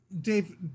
Dave